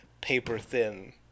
paper-thin